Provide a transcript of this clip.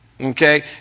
Okay